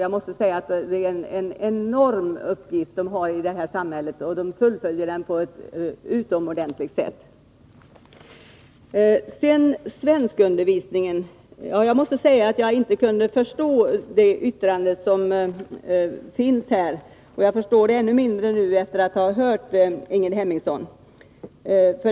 Jag måste säga att det är en enorm uppgift de har i samhället, och de fullföljer den på ett utomordentligt sätt. När det gäller svenskundervisningen måste jag säga att jag inte kunde förstå det yttrande som finns i betänkandet. Jag förstår det ännu mindre nu, efter att ha hört Ingrid Hemmingsson.